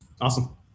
Awesome